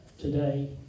today